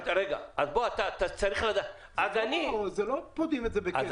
רגע, אז -- זה לא שפודים את זה בכסף.